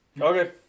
Okay